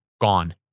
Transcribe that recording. gone